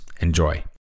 Enjoy